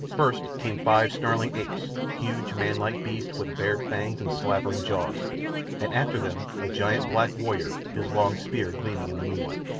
first came five snarling apes, huge, manlike beasts, with bared fangs and slavering jaws and after them a giant black warrior, his long spear gleaming in the moonlight.